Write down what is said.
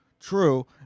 true